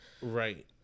Right